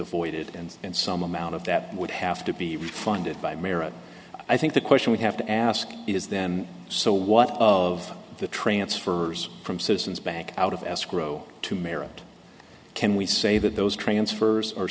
avoided and some amount of that would have to be funded by merit i think the question we have to ask is them so what of the transfers from citizens bank out of escrow to merit can we say that those transfers are